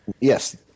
Yes